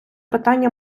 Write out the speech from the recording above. питання